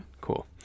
Cool